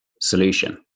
solution